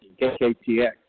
KKTX